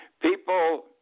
People